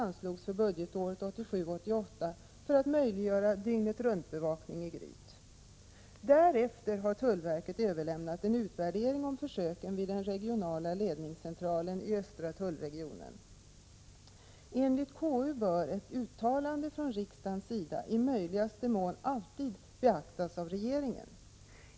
anslogs för budgetåret 1987/88 för att möjliggöra dygnet-runtbevakning i Gryt. Därefter har tullverket överlämnat en utvärdering av försöken vid den regionala ledningscentralen i östra tullregionen. Enligt KU bör ett uttalande från riksdagens sida i möjligaste mån alltid beaktas av regeringen.